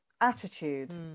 attitude